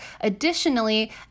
Additionally